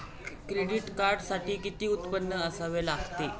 Credit कार्डसाठी किती उत्पन्न असावे लागते?